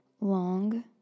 long